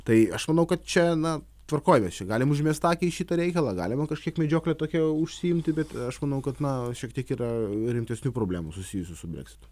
tai aš manau kad čia na tvarkoj mes čia galim užmest akį į šitą reikalą galima kažkiek medžiokle tokia užsiimti bet aš manau kad na šiek tiek yra rimtesnių problemų susijusių su breksitu